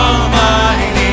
Almighty